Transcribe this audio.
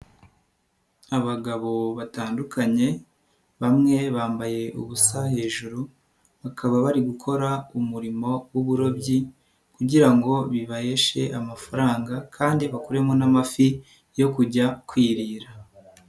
Abagabo batandukanye bamwe bambaye ubusa hejuru bakaba bari gukora umurimo w'uburobyi kugira ngo bibaheshe amafaranga kandi bakuremo n'amafi yo kujya kwirira.